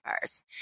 first